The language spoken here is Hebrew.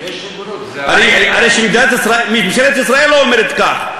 יש ריבונות, זה, הרי ממשלת ישראל לא אומרת כך.